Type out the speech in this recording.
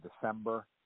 December –